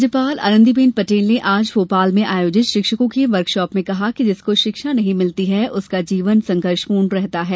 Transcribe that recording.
राज्यपाल राज्यपाल आनंदीबेन पटेल ने आज भोपाल में आयोजित शिक्षकों के वर्कशाप में कहा कि जिसको शिक्षा नहीं भिलती है उसका जीवन संघर्षपूर्ण रहता है